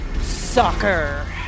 Soccer